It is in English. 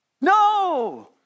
No